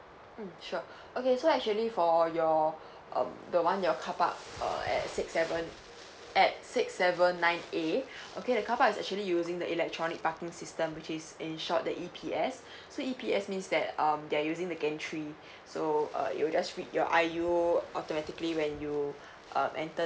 mm sure okay so actually for your um the one your carpark uh at six seven at six seven nine A okay that carpark is actually using the electronic parking system which is in short the E_P_S so E_P_S means that um they're using the gantry so uh it will just read your I_U automatically when you uh enter